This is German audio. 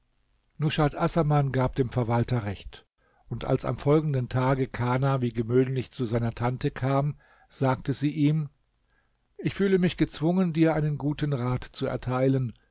nushat assaman gab dem verwalter recht und als am folgenden tage kana wie gewöhnlich zu seiner tante kam sagte sie ihm ich fühle mich gezwungen dir einen guten rat zu erteilen